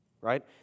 right